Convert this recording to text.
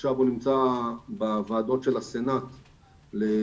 עכשיו הוא נמצא בוועדות של הסנט לאישור,